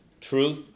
truth